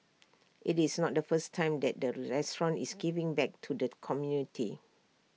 IT is not the first time that the restaurant is giving back to the community